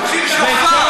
אתם רוצים פראבדה.